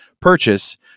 purchase